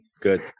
good